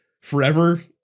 forever